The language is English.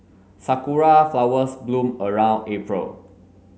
sakura flowers bloom around April